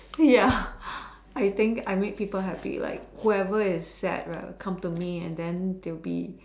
ya I think I make people happy like whoever is sad right will come to me and then they'll be